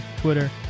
Twitter